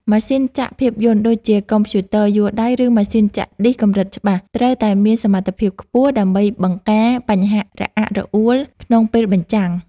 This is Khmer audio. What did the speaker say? ម៉ាស៊ីនចាក់ភាពយន្ត ដូចជាកុំព្យូទ័រយួរដៃ ឬម៉ាស៊ីនចាក់ឌីសកម្រិតច្បាស់ ត្រូវតែមានសមត្ថភាពខ្ពស់ ដើម្បីបង្ការបញ្ហារអាក់រអួលក្នុងពេលបញ្ចាំង។